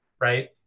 right